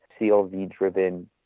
CLV-driven